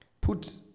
Put